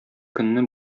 көнне